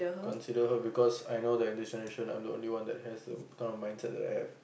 consider her because I know that in this generation I'm the only one that has the kind of mindset that I have